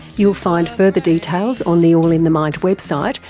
you'll find further details on the all in the mind website,